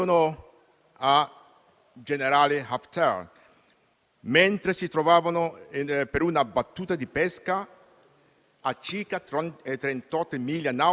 e questa storia è nota, signor Ministro, la conosciamo. Tutta l'Aula oggi la sta interrogando sulla questione.